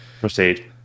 Proceed